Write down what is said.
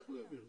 איך הוא יעביר?